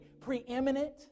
preeminent